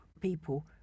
people